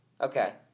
okay